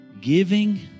Giving